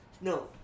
No